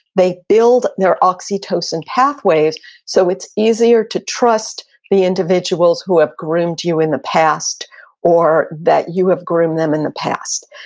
they build their oxytocin pathways so it's easier to trust the individuals who have groomed you in the past or that you have groomed them in the past.